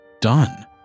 done